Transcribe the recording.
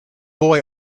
boy